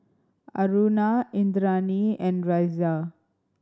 Aruna Indranee and Razia